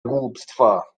głupstwa